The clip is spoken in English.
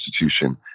institution